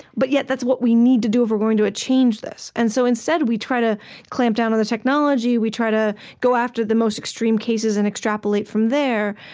but yet, that's what we need to do if we're going to change this. and so instead, we try to clamp down on the technology. we try to go after the most extreme cases and extrapolate from there.